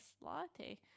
latte